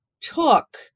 took